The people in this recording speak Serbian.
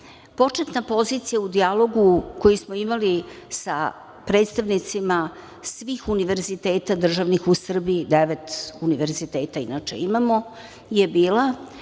Početna pozicija u dijalogu koji smo imali sa predstavnicima svih univerziteta državnih u Srbiji, devet univerziteta imamo, bila